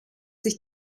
sich